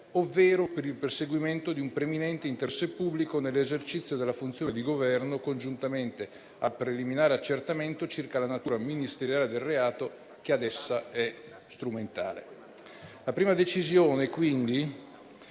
ovvero per il proseguimento di un preminente interesse pubblico nell'esercizio della funzione di Governo, congiuntamente al preliminare accertamento circa la natura ministeriale del reato che ad essa è strumentale. La prima decisione, quindi,